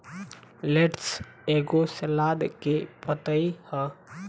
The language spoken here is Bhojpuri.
लेट्स एगो सलाद के पतइ ह